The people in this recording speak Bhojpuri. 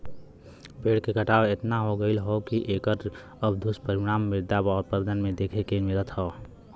पेड़ के कटाव एतना हो गयल हौ की एकर अब दुष्परिणाम मृदा अपरदन में देखे के मिलत हौ